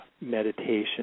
meditation